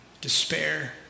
despair